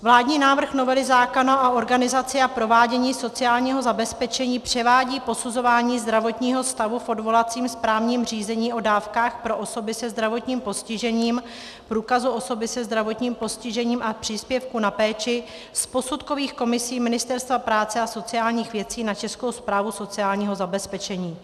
Vládní návrh novely zákona o organizaci a provádění sociálního zabezpečení převádí posuzování zdravotního stavu v odvolacím správním řízení o dávkách pro osoby se zdravotním postižením, průkazu osoby se zdravotním postižením a příspěvku na péči z posudkových komisí Ministerstva práce a sociálních věcí na Českou správu sociálního zabezpečení.